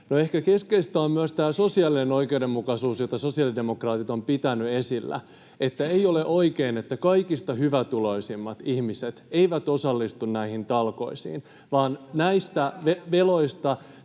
No, ehkä keskeistä on myös tämä sosiaalinen oikeudenmukaisuus, jota sosiaalidemokraatit ovat pitäneet esillä. Ei ole oikein, että kaikista hyvätuloisimmat ihmiset eivät osallistu näihin talkoisiin, [Jenna